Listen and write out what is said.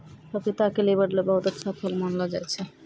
पपीता क लीवर ल बहुत अच्छा फल मानलो जाय छै